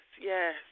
yes